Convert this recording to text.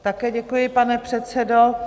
Také děkuji, pane předsedo.